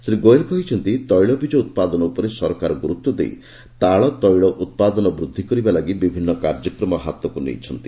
ଶ୍ରୀ ଗୋଏଲ କହିଛନ୍ତି ତୈଳବୀଜ ଉତ୍ପାଦନ ଉପରେ ସରକାର ଗୁରୁତ୍ୱ ଦେଇ ତାଳ ତୈଳ ଉତ୍ପାଦନ ବୃଦ୍ଧି କରିବା ଲାଗି ବିଭିନ୍ନ କାର୍ଯ୍ୟକ୍ରମ ହାତକୁ ନେଇଛନ୍ତି